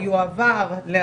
ההערה?